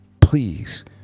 Please